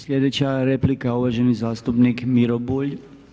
Sljedeća je replika uvaženi zastupnik Miro Bulj.